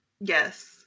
Yes